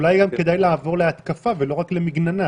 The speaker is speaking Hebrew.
אולי היום כדאי לעבוד להתקפה ולא רק למגננה.